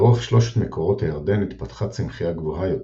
לאורך שלושת מקורות הירדן התפתחה צמחייה גבוהה יותר,